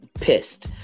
pissed